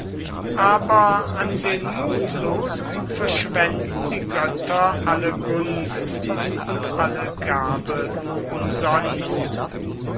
aber an den mutlosen verschwenden die götter alle gunst und alle gabe umsonst